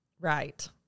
Right